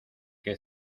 que